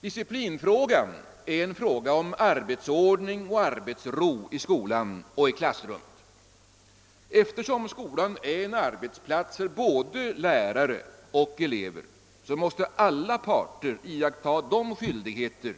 Disciplinfrågan är en fråga om arbetsordning och arbetsro i skolan och i klassrummet. Eftersom skolan är en arbetsplats för både lärare och elever, måste alla parter iaktta de skyldigheter